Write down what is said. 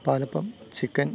palappam chicken